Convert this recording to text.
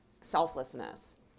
selflessness